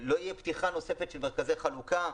לא תהיה פתיחה נוספת של מרכזי חלוקה.